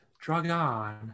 Dragon